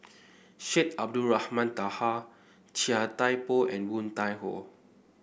Syed Abdulrahman Taha Chia Thye Poh and Woon Tai Ho